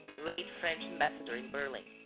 late french ambassador in berlin.